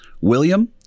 William